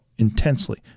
intensely